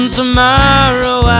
tomorrow